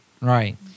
Right